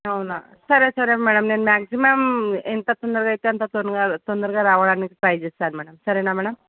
అవునా సరే సరే మ్యాడమ్ నేను మ్యాగ్జిమం ఎంత తొందరగా అయితే అంత తొంద తొందరగా రావడానికి ట్రై చేస్తాను మ్యాడమ్ సరేనా మ్యాడమ్